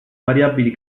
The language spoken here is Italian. variabili